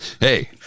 Hey